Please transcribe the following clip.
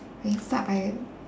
we get stuck by